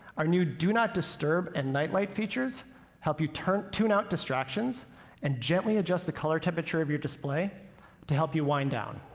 our new do not disturb and night light features help you tune out distractions and gently adjust the color temperature of your display to help you wind down.